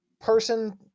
person